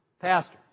Pastor